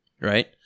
right